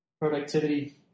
Productivity